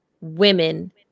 women